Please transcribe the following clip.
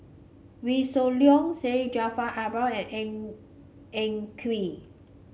Wee Shoo Leong Syed Jaafar Albar and Ng Eng Kee